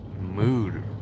mood